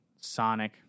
sonic